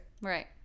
Right